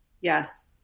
Yes